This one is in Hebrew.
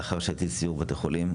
לאחר שהייתי בסיור בבתי חולים.